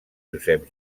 josep